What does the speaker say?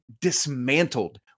dismantled